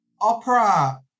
opera